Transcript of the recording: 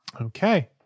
Okay